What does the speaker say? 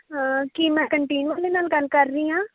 ਹਾਂ ਕੀ ਮੈਂ ਕੰਟੀਨ ਵਾਲੀ ਨਾਲ ਗੱਲ ਕਰ ਰਹੀ ਹਾਂ